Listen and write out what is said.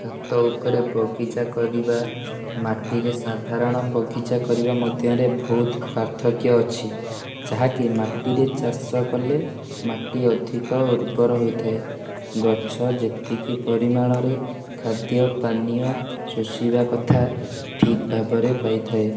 ଛାତ ଉପରେ ବଗିଚା କରିବା ମାଟିରେ ସାଧାରଣ ବଗିଚା କରିବା ମଧ୍ୟରେ ବହୁତ ପାର୍ଥକ୍ୟ ଅଛି ଯାହାକି ମାଟିରେ ଚାଷ କଲେ ମାଟି ଅଧିକ ଉର୍ବର ହୋଇଥାଏ ଗଛ ଯେତିକି ପରିମାଣରେ ଖାଦ୍ୟ ପାନୀୟ ଶୋଷିବା କଥା ଠିକ୍ ଭାବରେ ପାଇଥାଏ